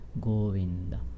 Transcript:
Govinda